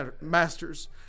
masters